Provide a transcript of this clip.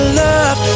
love